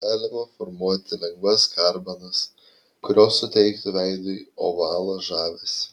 galima formuoti lengvas garbanas kurios suteiktų veidui ovalo žavesį